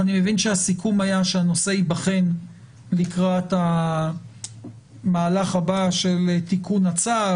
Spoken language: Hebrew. אני מבין שהסיכום היה שהנושא ייבחן לקראת המהלך הבא של תיקון הצו,